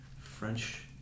French